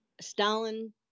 Stalin